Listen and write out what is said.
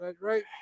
right